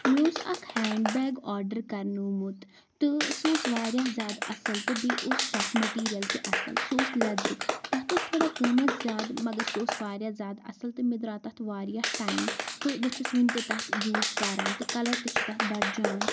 مےٚ اوس اکھ ہینٛڈ بیگ آرڈر کَرنومُت تہٕ سُہ اوس وارِیاہ زیادٕ اَصٕل تہٕ بیٚیہِ اوس تَتھ مٔٹیٖریَل تہِ اَصٕل سُہ اوس لٮ۪درُک تَتھ ٲس تھوڑا قۭمَتھ زیادٕ مگر سُہ اوس وارِیاہ زیادٕ اَصٕل تہٕ مےٚ درٛاو تَتھ وارِیاہ ٹایم تہٕ بہٕ چھُس وٕنہِ تہِ تَتھ یوٗز کَران تہٕ کَلَر تہِ چھِ تَتھ بَڑجان